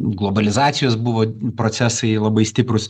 globalizacijos buvo procesai labai stiprūs